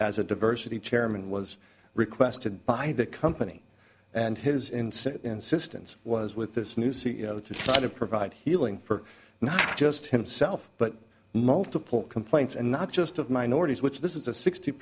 as a diversity chairman was requested by the company and his incentive insistence was with this new c e o to try to provide healing for not just himself but multiple complaints and not just of minorities which this is a sixty